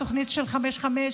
התוכנית של 550,